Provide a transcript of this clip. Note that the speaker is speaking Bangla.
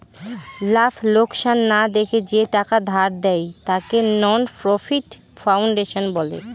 লাভ লোকসান না দেখে যে টাকা ধার দেয়, তাকে নন প্রফিট ফাউন্ডেশন বলে